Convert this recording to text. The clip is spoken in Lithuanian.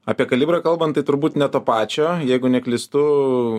apie kalibrą kalbant tai turbūt ne to pačio jeigu neklystu